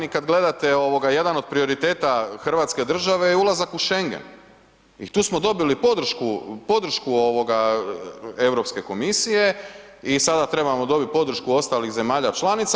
I kada gledate jedan od prioriteta Hrvatske države je ulazak u schengen i tu smo dobili podršku Europske komisije i sada trebamo dobiti podršku ostalih zemalja članica.